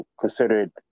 considered